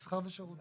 מסחר ושירותים.